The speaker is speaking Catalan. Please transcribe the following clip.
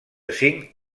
cinc